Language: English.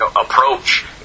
approach